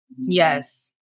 Yes